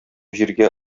җиргә